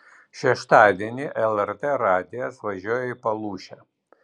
šeštadienį lrt radijas važiuoja į palūšę